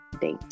date